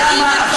למה עכשיו, אמסלם?